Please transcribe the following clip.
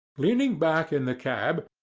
leaning back in the cab,